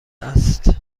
است